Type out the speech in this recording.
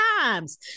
times